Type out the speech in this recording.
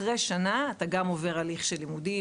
אחרי שנה אתה גם עובר הליך של לימודים,